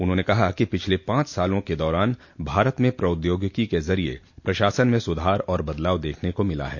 उन्होंने कहा कि पिछले पांच साल के दौरान भारत में प्रौद्योगिकी के जरिये प्रशासन में सुधार और बदलाव देखने को मिला है